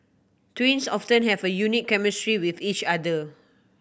twins often have a unique chemistry with each other